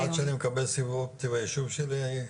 עד שאני מקבל סיב אופטי ביישוב שלי,